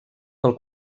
pel